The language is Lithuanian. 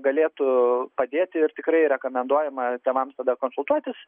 galėtų padėti ir tikrai rekomenduojama tėvams tada konsultuotis